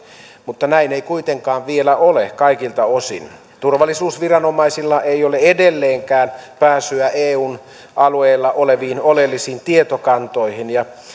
mutta näin ei kuitenkaan vielä ole kaikilta osin turvallisuusviranomaisilla ei ole edelleenkään pääsyä eun alueella oleviin oleellisiin tietokantoihin